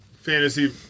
fantasy